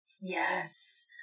Yes